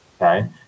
okay